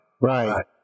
Right